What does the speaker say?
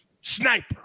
Sniper